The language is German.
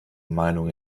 meinung